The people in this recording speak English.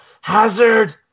Hazard